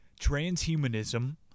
Transhumanism